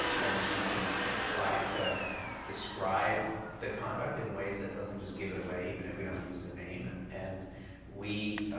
and we can try to describe the conduct in ways that doesn't just give it away even if we don't use their name. and and we